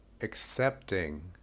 accepting